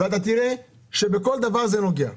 אתה תראה שבכל דבר זה נוגע.